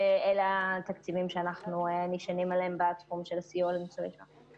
אלה התקציבים שאנחנו נשענים עליהם בתחום של סיוע לניצולי שואה.